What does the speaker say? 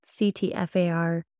CTFAR